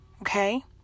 Okay